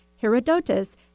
Herodotus